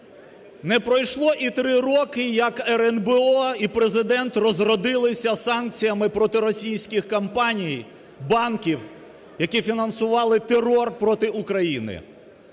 Не пройшло і три роки, як РНБО і Президент "розродилися" санкціями проти російських компаній, банків, які фінансували терор проти України.